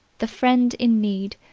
the friend in need,